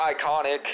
iconic